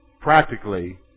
Practically